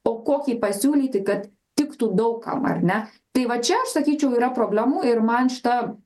o kokį pasiūlyti kad tiktų daug kam ar ne tai va čia aš sakyčiau yra problemų ir man šita